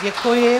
Děkuji.